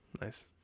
Nice